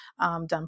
done